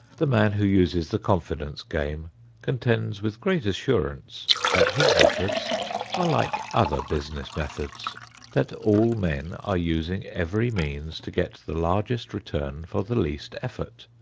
the man who uses the confidence game contends with great assurance that his methods are like other business methods that all men are using every means to get the largest return for the least effort,